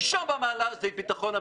ראשון במעלה זה ביטחון המדינה.